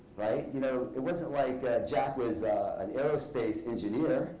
you know it wasn't like jack was an aerospace engineer.